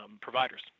providers